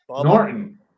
Norton